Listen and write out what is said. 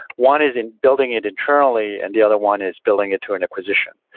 one is in building it internally and the other one is building it to an acquisition.